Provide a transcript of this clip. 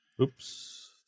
Oops